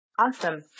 Awesome